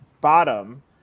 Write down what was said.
bottom